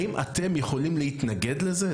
האם אתם יכולים להתנגד לזה?